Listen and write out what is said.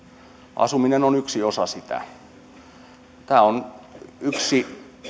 asuminen on yksi osa sitä tämä on yksi